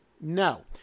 No